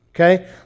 Okay